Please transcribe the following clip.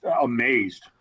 amazed